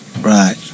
Right